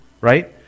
Right